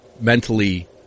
mentally –